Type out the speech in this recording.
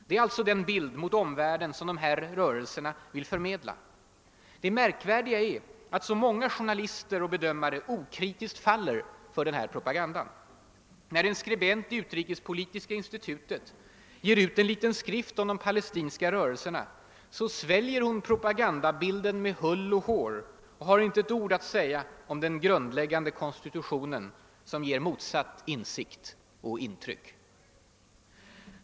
Det är alltså den bild mot omvärlden som de här rörelserna vill förmedla. Det märkvärdiga är att så många journalister och bedömare okritiskt faller för denna propaganda. När en skribent i Utrikespolitiska institutet ger ut en liten skrift om de palestinska rörelserna, sväljer hon propagandabilden med hull och hår och har inte ett ord att säga om den grundläggande konstitutionen som ger motsatt insikt och intryck.